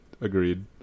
Agreed